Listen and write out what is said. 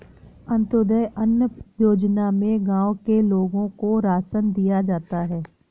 अंत्योदय अन्न योजना में गांव के लोगों को राशन दिया जाता है